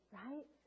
right